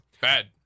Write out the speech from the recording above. Bad